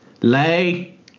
lay